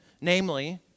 Namely